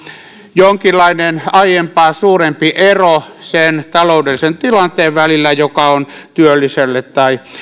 jonkinlainen aiempaa suurempi ero sen taloudellisen tilanteen välillä joka on työlliselle tai